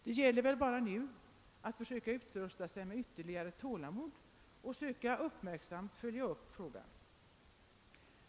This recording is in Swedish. Det gäller väl nu bara att försöka utrusta sig med ytterligare tålamod och att försöka uppmärksamt följa frågan.